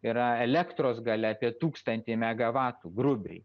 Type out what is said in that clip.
yra elektros galia apie tūkstantį megavatų grubiai